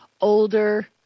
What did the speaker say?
older